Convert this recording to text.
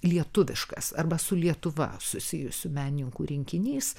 lietuviškas arba su lietuva susijusių menininkų rinkinys